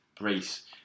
brace